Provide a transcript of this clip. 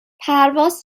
پرواز